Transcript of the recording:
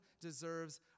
deserves